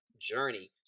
journey